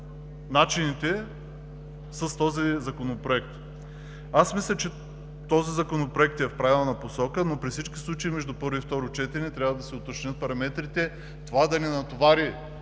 начините е с този законопроект. Аз мисля, че този законопроект е в правилна посока, но при всички случаи между първо и второ четене трябва да се уточнят параметрите, за да не натоварим